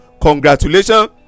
congratulations